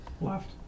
Left